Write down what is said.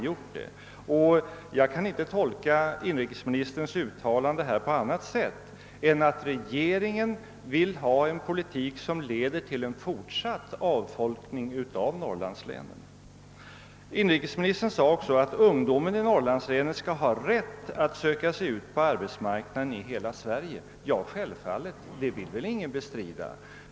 Jag kan inte tolka inrikesministerns uttalande på annat sätt än att regeringen vill föra en politik som leder till fortsatt avfolkning av norrlandslänen. Inrikesministern sade också att ungdomen i norrlandslänen skall ha rätt att söka sig ut på arbetsmarknaden i hela Sverige och detta vill självfallet ingen bestrida.